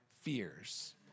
fears